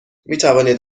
میتوانید